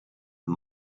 and